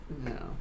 No